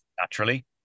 naturally